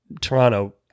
Toronto